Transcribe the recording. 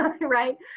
right